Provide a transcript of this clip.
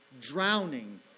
drowning